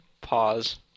Pause